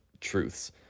truths